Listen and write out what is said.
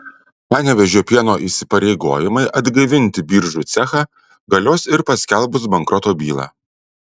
panevėžio pieno įsipareigojimai atgaivinti biržų cechą galios ir paskelbus bankroto bylą